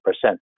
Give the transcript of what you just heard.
percent